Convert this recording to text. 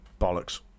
bollocks